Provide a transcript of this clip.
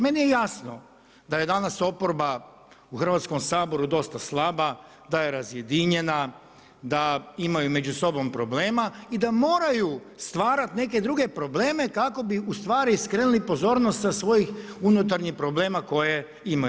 Meni je jasno da je danas oporba u Hrvatskom saboru dosta slaba, da je razjedinjena, da imaju među sobom problema i da moraju stvarati neke druge problem kako bi ustvari skrenuli pozornost sa svojih unutarnjih problema koje imaju.